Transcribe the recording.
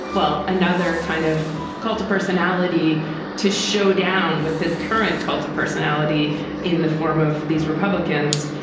well, another kind of cult of personality to show down with the current cult of personality in the form of these republicans.